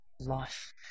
life